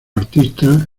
artista